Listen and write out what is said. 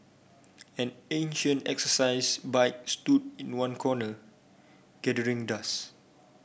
an ancient exercise bike stood in one corner gathering dust